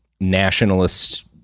nationalist